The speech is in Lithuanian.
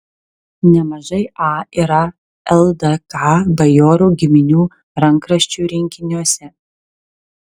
nemažai a yra ldk bajorų giminių rankraščių rinkiniuose